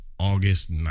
August